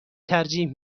ترجیح